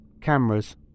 cameras